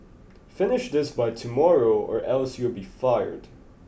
finish this by tomorrow or else you'll be fired